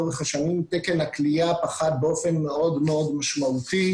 לאורך השנים תקן הכליאה פחת באופן מאוד מאוד משמעותי,